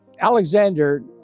Alexander